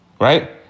right